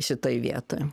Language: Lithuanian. šitoj vietoj